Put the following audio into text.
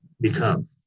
become